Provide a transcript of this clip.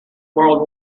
world